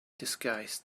disguised